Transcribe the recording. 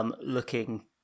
looking